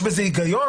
יש בזה היגיון.